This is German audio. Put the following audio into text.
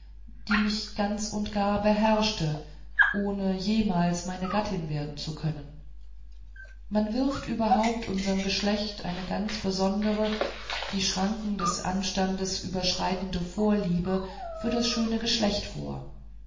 die mich ganz und gar beherrschte ohne jemals meine gattin werden zu können man wirft überhaupt unserm geschlecht eine ganz besondere die schranken des anstandes überschreitende vorliebe für das schöne geschlecht vor